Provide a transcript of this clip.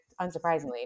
unsurprisingly